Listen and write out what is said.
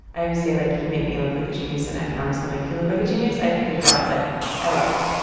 i always say, like, you make me look like a genius, and i promise i'll make you look like a genius. i think that's, like i love that